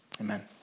amen